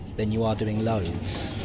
then you are doing loads.